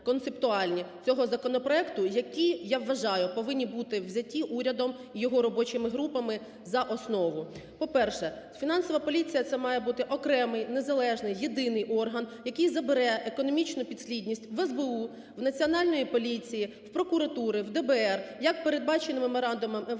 цього законопроекту, які, я вважаю, повинні бути взяті урядом, його робочими групами за основу. По-перше, Фінансова поліція – це має бути окремий незалежний єдиний орган, який забере економічну підслідність в СБУ, в Національної поліції, в прокуратури, в ДБР. Як передбачено меморандумом МВФ,